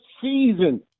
season